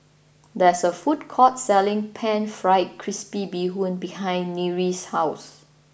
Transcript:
there is a food court selling Pan Fried Crispy Bee Hoon behind Nyree's house